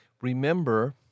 remember